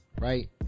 Right